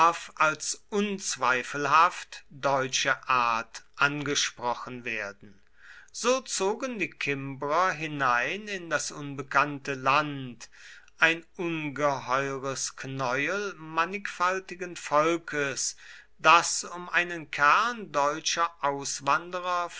als unzweifelhaft deutsche art angesprochen werden so zogen die kimbrer hinein in das unbekannte land ein ungeheures knäuel mannigfaltigen volkes das um einen kern deutscher auswanderer